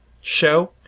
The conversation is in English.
show